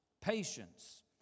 patience